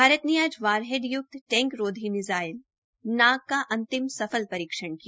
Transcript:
भारत ने आज warhead य्क्त टैंक रोधी मिसाइल नाग का अंतिम सफल परीक्षण किया